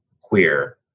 queer